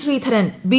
Sreedharan B